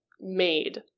made